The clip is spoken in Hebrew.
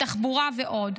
תחבורה ועוד,